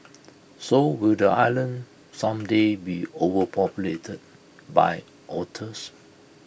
so will the island someday be overpopulated by otters